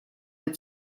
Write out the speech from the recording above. der